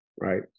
right